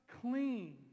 clean